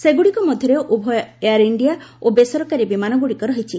ସେଗୁଡ଼ିକ ମଧ୍ୟରେ ଉଭୟ ଏୟାର ଇଣ୍ଡିଆ ଓ ବେସରକାରୀ ବିମାନଗୁଡ଼ିକ ରହିଛି